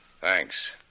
thanks